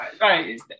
right